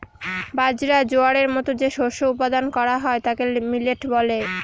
বাজরা, জোয়ারের মতো যে শস্য উৎপাদন করা হয় তাকে মিলেট বলে